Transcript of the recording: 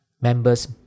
Members